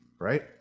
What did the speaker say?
right